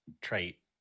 trait